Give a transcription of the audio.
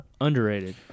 Underrated